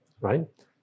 right